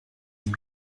ihm